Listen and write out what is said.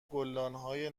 گلدانهای